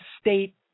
State